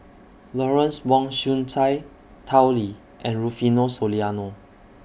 Lawrence Wong Shyun Tsai Tao Li and Rufino Soliano